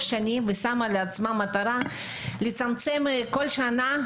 שנים ושמה לעצמה מטרה לצמצם כל שלוש שנים